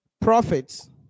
Profits